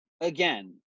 Again